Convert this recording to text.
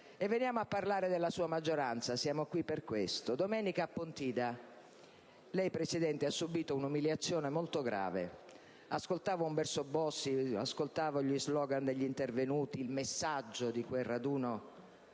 Veniamo a parlare della sua maggioranza: siamo qui per questo. Domenica, a Pontida, lei, signor Presidente del Consiglio, ha subito un'umiliazione molto grave. Ascoltavo Umberto Bossi, gli *slogan* degli intervenuti, il messaggio di quel raduno